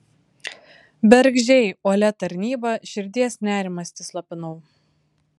bergždžiai uolia tarnyba širdies nerimastį slopinau